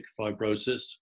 fibrosis